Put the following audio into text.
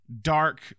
dark